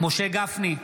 משה גפני,